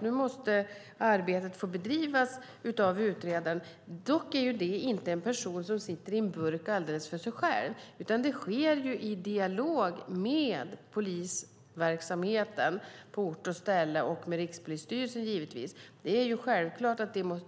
Nu måste arbetet få bedrivas av utredaren. Det är dock inte en person som sitter i en burk alldeles för sig själv, utan arbetet sker i dialog med polisverksamheten på ort och ställe och givetvis med Rikspolisstyrelsen. Det är självklart att en sådan